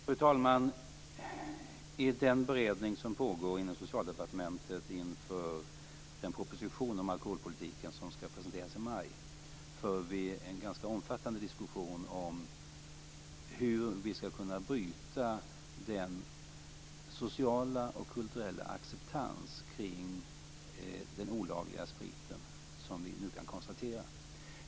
Fru talman! I den beredning som pågår inom Socialdepartementet inför den proposition om alkoholpolitiken som skall presenteras i maj för vi en ganska omfattande diskussion om hur vi skall kunna bryta den sociala och kulturella acceptans kring den olagliga spriten som vi nu kan konstatera.